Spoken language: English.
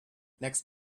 next